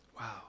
Wow